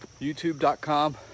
youtube.com